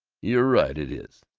you're right, it is.